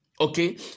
Okay